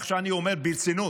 ועכשיו אני אומר ברצינות: